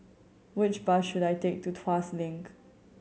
which bus should I take to Tuas Link